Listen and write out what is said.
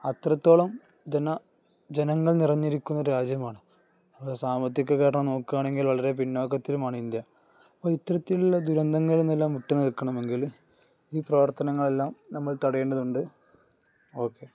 അത്രത്തോളം ജനങ്ങൾ നിറഞ്ഞിരിക്കുന്ന രാജ്യമാണ് സാമ്പത്തികമായിട്ടൊക്കെ നോക്കുകയാണെങ്കിൽ വളരെ പിന്നോക്കത്തിലുമാണ് ഇന്ത്യ അപ്പോള് ഇത്തരത്തിലുള്ള ദുരന്തങ്ങളില്നിന്നെല്ലാം വിട്ടു നിൽക്കണമെങ്കില് ഈ പ്രവർത്തനങ്ങളെല്ലാം നമ്മൾ തടയേണ്ടതുണ്ട് ഓക്കെ